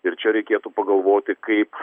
ir čia reikėtų pagalvoti kaip